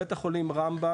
בית החולים רמב"ם